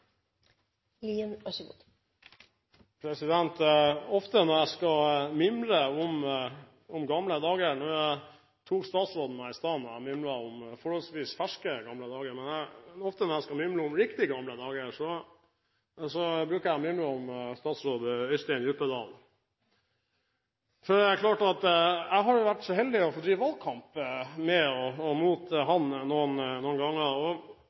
Ofte når jeg skal mimre om riktig gamle dager – statsråden tok meg i stad da jeg mimret om forholdsvis ferske gamle dager – bruker jeg å mimre om tidligere statsråd Øystein Djupedal. Jeg har vært så heldig å få drive valgkamp mot han noen ganger. Reformpedagogikken og allmennlærerens fortreffelighet sto veldig sterkt på den kanten, ikke bare i den delen av SV, men i hele SV og